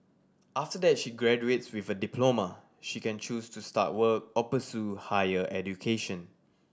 after that she graduates with a diploma she can choose to start work or pursue higher education